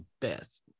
best